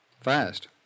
Fast